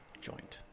joint